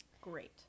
great